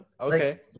Okay